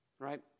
Right